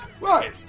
Right